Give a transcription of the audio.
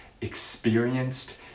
experienced